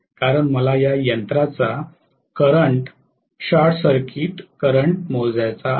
कारण मला या यंत्राचा करंट शॉर्ट सर्किट करंट मोजायचा आहे